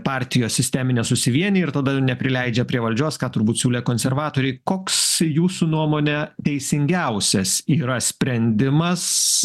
partijos sisteminės susivienija ir todėl neprileidžia prie valdžios ką turbūt siūlė konservatoriai koks jūsų nuomone teisingiausias yra sprendimas